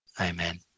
Amen